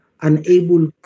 unable